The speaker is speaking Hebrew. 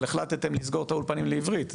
אבל החלטתם לסגור את האולפנים לעברית,